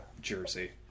jersey